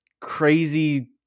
crazy